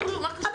שקט, שקט, מספיק.